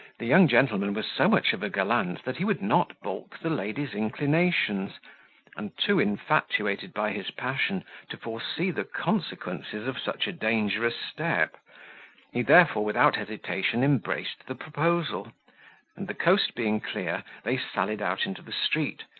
the young gentleman was so much of a gallant, that he would not balk the lady's inclinations and too infatuated by his passion to foresee the consequences of such a dangerous step he therefore, without hesitation, embraced the proposal and the coast being clear, they sallied out into the street,